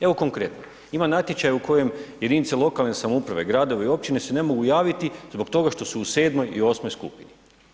Evo konkretno, ima natječaja u kojem jedinice lokalne samouprave, gradovi i općine se ne mogu javiti zbog toga što su u 7. i 8. skupini.